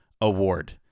award